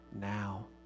now